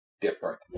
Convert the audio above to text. different